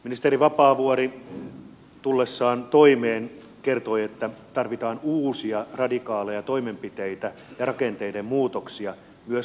ministeri vapaavuori tullessaan toimeen kertoi että tarvitaan uusia radikaaleja toimenpiteitä ja rakenteiden muutoksia myös työmarkkinajärjestöille